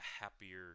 happier